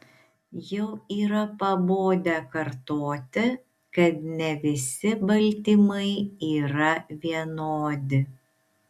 jau yra pabodę kartoti kad ne visi baltymai yra vienodi